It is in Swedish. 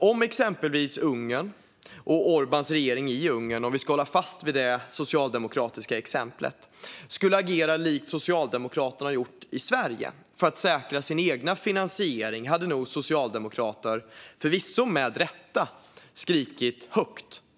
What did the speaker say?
Om Orbáns regering i Ungern, för att hålla fast vid det socialdemokratiska exemplet, hade agerat likt Socialdemokraterna gjort i Sverige för att säkra sin egen finansiering hade nog socialdemokrater - förvisso med rätta - skrikit högt.